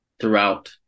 throughout